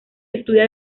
estudia